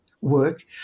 work